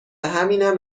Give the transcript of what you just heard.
همینم